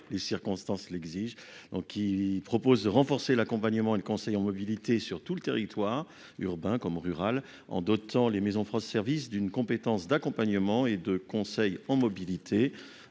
les circonstances l'exigent donc il propose de renforcer l'accompagnement et le conseil en mobilité sur tout le territoire urbain comme rural en d'temps les maisons France, service d'une compétence d'accompagnement et de conseil en mobilité